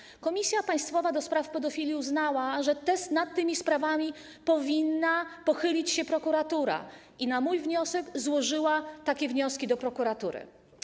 Państwowa komisja do spraw pedofilii uznała, że nad tymi sprawami powinna pochylić się prokuratura, i na mój wniosek złożyła takie wnioski do prokuratury.